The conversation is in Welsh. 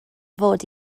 fod